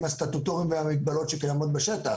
הסטטוטוריים והמגבלות שקיימות בשטח.